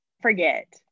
forget